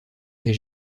est